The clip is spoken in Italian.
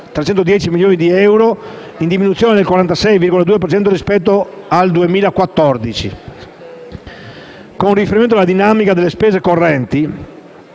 41.310 milioni di euro (in diminuzione del 46,2 per cento rispetto al 2014). Con riferimento alla dinamica delle spese correnti,